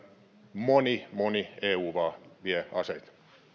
moni moni eu maa vie aseita